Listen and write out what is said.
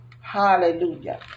Hallelujah